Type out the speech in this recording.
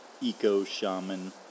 eco-shaman